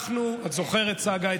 את זוכרת, צגה?